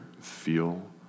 feel